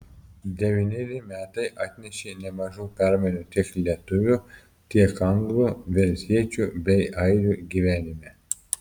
devyneri metai atnešė nemažų permainų tiek lietuvių tiek anglų velsiečių bei airių gyvenime